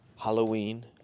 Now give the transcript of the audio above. Halloween